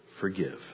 forgive